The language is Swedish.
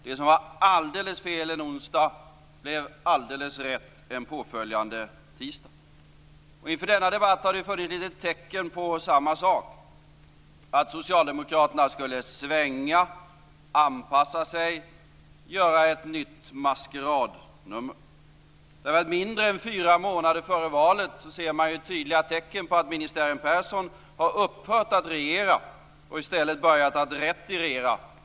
Det som var alldeles fel en onsdag blev alldeles rätt en påföljande tisdag. Inför denna debatt har det funnits litet tecken på samma sak, att socialdemokraterna skulle svänga, anpassa sig, göra ett nytt maskeradnummer. Mindre än fyra månader före valet ser man ju tydliga tecken på att ministären Persson har upphört att regera och i stället börjat att retirera.